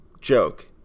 joke